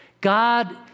God